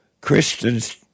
Christians